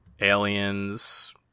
Aliens